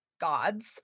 gods